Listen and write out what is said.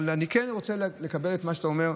אבל אני כן רוצה לקבל את מה שאתה אומר,